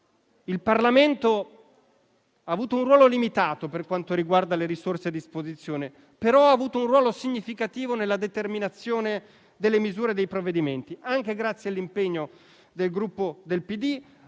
il Parlamento ha avuto un ruolo limitato per quanto riguarda le risorse a disposizione; tuttavia, ha avuto un ruolo significativo nella determinazione delle misure e dei provvedimenti. Anche grazie all'impegno del Gruppo PD,